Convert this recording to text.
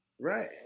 Right